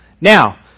Now